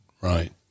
right